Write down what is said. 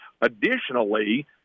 additionally